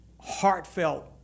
heartfelt